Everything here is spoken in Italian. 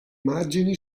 margini